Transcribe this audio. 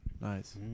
Nice